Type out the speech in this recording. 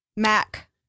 Mac